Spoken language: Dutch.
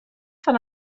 van